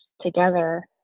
together